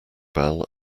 bell